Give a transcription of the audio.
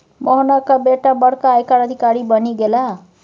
मोहनाक बेटा बड़का आयकर अधिकारी बनि गेलाह